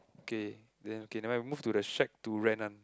okay then okay nevermind move to the shack to rent [one]